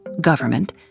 government